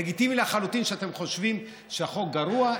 לגיטימי לחלוטין שאתם חושבים שהחוק גרוע,